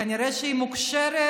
כנראה שהיא מוכשרת